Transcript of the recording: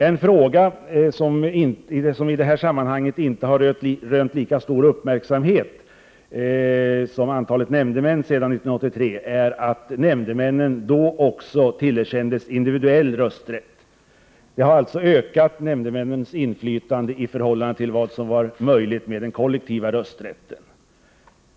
En fråga i detta sammanhang från 1983, som inte rönt lika stor uppmärksamhet som frågan om antalet nämndemän, är att nämndemännen då också tillerkändes individuell rösträtt. Det har således ökat nämndemännens inflytande i förhållande till vad som var möjligt med den kollektiva rösträtten.